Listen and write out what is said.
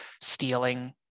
stealing